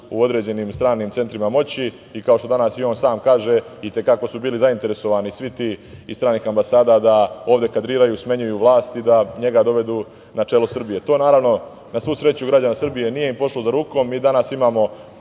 u određenim stranim centrima moći i kao što danas i on sam kaže i te kako su bili zainteresovani svi ti iz stranih ambasada da ovde kadriraju, smenjuju vlast i da njega dovedu na čelo Srbije. To naravno na svu sreću građana Srbije nije im pošlo za rukom. Mi danas imamo